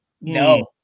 No